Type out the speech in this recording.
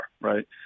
right